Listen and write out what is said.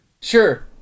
Sure